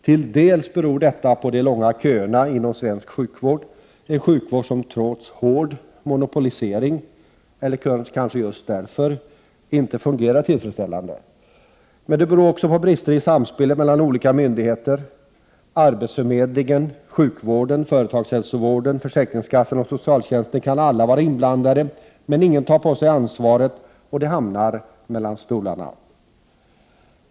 Till dels beror detta på de långa köerna inom svensk sjukvård, en sjukvård som trots hård monopolisering — eller kanske just därför — inte fungerar tillfredsställande. Men det beror också på brister i samspelet mellan olika myndigheter. Arbetsförmedlingen, sjukvården, företagshälsovården, försäkringskassan och socialtjänsten kan alla vara inblandade. Men ingen tar på sig ansvaret, och ofta hamnar det ”mellan stolarna”.